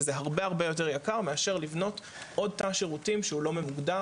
שזה הרבה הרבה יותר יקר מאשר לבנות עוד תא שירותים שהוא לא ממוגדר.